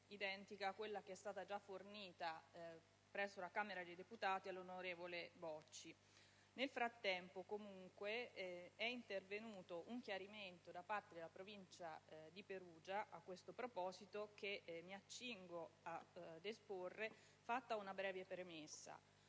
identica a quella già fornita presso la Camera dei deputati all'onorevole Bocci. Nel frattempo, comunque, è intervenuto un chiarimento da parte della Provincia di Perugia a questo proposito, che mi accingo ad esporre, fatta una breve premessa.